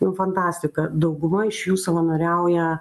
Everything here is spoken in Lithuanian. nu fantastika dauguma iš jų savanoriauja